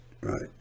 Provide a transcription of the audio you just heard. right